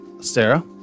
Sarah